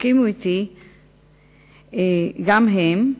יסכימו אתי גם הם,